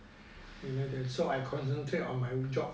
you know so I concentrate on my job